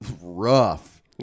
rough